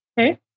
Okay